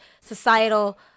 societal